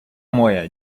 моя